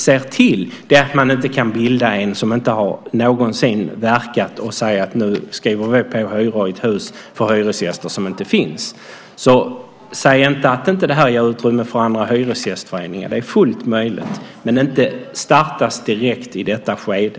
Det vi vill se till är att inte bilda en som inte någonsin har verkat och som skriver på att hyra ett hus för hyresgäster som inte finns. Säg inte att detta inte ger utrymme för andra hyresgästföreningar. Det är fullt möjligt, men de kan inte startas direkt i detta skede.